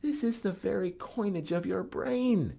this is the very coinage of your brain